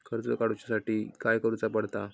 कर्ज काडूच्या साठी काय करुचा पडता?